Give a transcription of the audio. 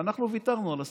ואנחנו ויתרנו על השכר,